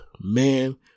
man